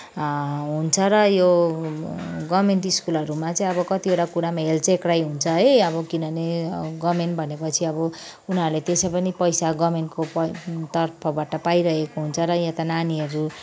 हुन्छ र यो गभर्मेन्ट स्कुलहरूमा चाहिँ अब कतिवटा कुरामा चाहिँ हेलचेक्राई हुन्छ है अब किनभने गभर्मेन्ट भनेपछि अब उनीहरूले त्यसै पनि पैसा गभर्मेन्टको तर्फबाट पाइरहेको हुन्छ र यता नानीहरू